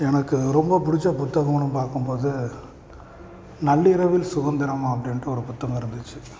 எனக்கு ரொம்ப பிடிச்ச புத்தகன்னு பார்க்கும் போது நள்ளிரவில் சுதந்திரம் அப்படின்ட்டு ஒரு புத்தகம் இருந்துச்சு